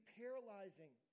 paralyzing